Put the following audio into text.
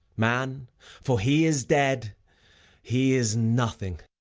man for he is dead he is nothing.